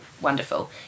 wonderful